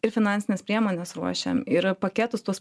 ir finansines priemones ruošiam ir paketus tuos